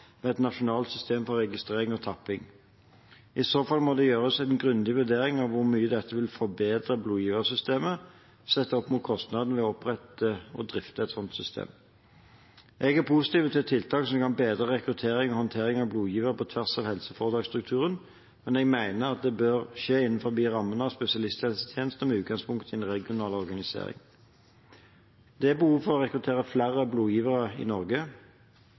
ved sitt lokale sykehus. Representantene foreslår at det skal lages løsninger som legger til rette for blodgivingsvirksomhet på tvers av regioner, med et nasjonalt system for registrering og tapping. I så fall må det gjøres en grundig vurdering av hvor mye dette vil forbedre blodgiversystemet, sett opp mot kostnaden ved å opprette og drifte et slikt system. Jeg er positiv til tiltak som kan bedre rekruttering og håndtering av blodgivere på tvers av helseforetaksstrukturen, men jeg mener at det bør skje innenfor rammen av spesialisthelsetjeneste med utgangspunkt i en regional organisering. Det